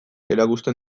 erakusten